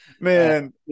man